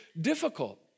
difficult